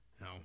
No